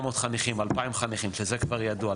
ה-1,700-2,000 חניכים שזה כבר ידוע,